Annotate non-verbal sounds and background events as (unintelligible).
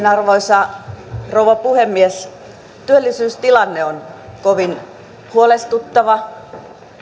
(unintelligible) arvoisa rouva puhemies työllisyystilanne on kovin huolestuttava